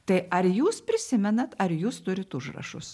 tai ar jūs prisimenat ar jūs turit užrašus